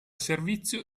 servizio